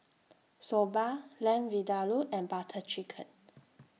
Soba Lamb Vindaloo and Butter Chicken